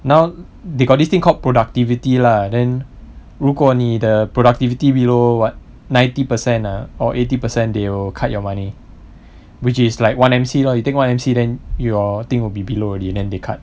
now they got this thing called productivity lah then 如果你的 productivity below what ninety percent ah or eighty percent they will cut your money which is like one M_C lor you take one M_C then your thing will be below already and then they cut